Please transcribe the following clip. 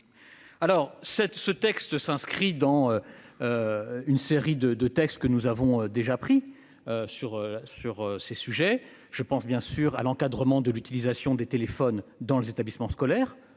cette ce texte s'inscrit dans. Une série de textes que nous avons déjà pris. Sur sur ces sujets, je pense bien sûr à l'encadrement de l'utilisation des téléphones dans les établissements scolaires